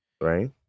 right